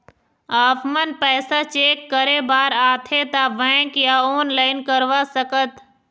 आपमन पैसा चेक करे बार आथे ता बैंक या ऑनलाइन करवा सकत?